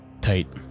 Tight